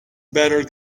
better